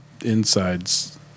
insides